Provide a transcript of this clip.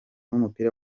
w’umupira